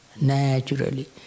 naturally